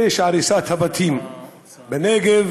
פשע הריסת הבתים בנגב,